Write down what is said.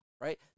right